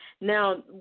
Now